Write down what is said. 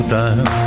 time